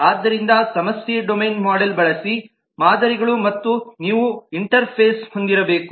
ಆದ್ದರಿಂದ ಸಮಸ್ಯೆ domain model ಬಳಸಿ ಮಾದರಿಗಳು ಮತ್ತು ನೀವು ಇಂಟರ್ಫೇಸ್ ಹೊಂದಿರಬೇಕು